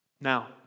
Now